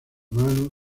mano